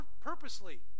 purposely